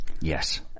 Yes